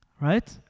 Right